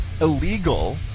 illegal